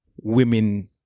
women